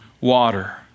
Water